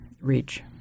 reach